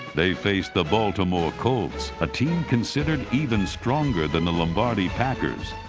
they faced the baltimore colts, a team considered even stronger than the lombardi packers.